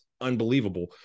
unbelievable